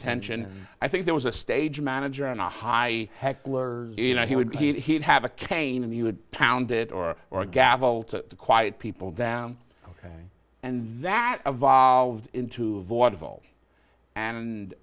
tension i think there was a stage manager and a high heckler you know he would get he'd have a cane and he would pound it or or gavel to quiet people down ok and that evolved into vaudeville and